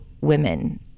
women